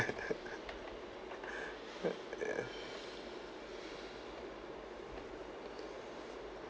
yeah